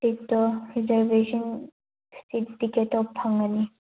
ꯁꯤꯠꯇꯣ reservation seat ꯇꯤꯛꯀꯦꯠꯇꯣ ꯐꯪꯒꯅꯤ